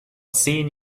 zehn